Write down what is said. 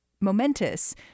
Momentous